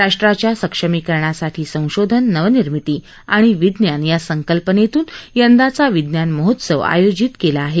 राष्ट्राच्या सक्षमीकरणासाठी संशोधन नवनिर्मिती आणि विज्ञान या संकल्पनेतून यंदाचा विज्ञान महोत्सव आयोजित केला आहे